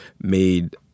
made